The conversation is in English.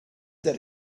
that